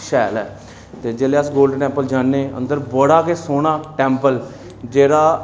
शैल ऐ ते जेल्लै अस गोल्डन टैम्पल जाने अंदर बड़ा गै सौह्ना टैम्पल जेह्ड़ा